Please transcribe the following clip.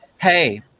Hey